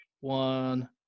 one